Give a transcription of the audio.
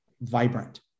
vibrant